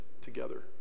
together